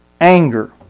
anger